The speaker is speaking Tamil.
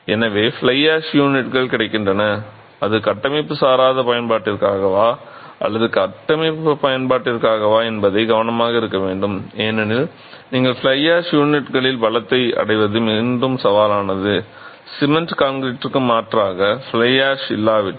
எனவே ஃப்ளை ஆஷ் யூனிட்கள் கிடைக்கின்றன அது கட்டமைப்பு சாராத பயன்பாட்டிற்காகவா அல்லது கட்டமைப்பு பயன்பாட்டிற்காகவா என்பதில் கவனமாக இருக்க வேண்டும் ஏனெனில் ஃப்ளை ஆஷ் யூனிட்களில் பலத்தை அடைவது மீண்டும் சவாலானது சிமென்ட் கான்கிரீட்டிற்கு மாற்றாக ஃப்ளை ஆஷ் இல்லாவிட்டால்